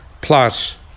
Plus